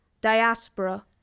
diaspora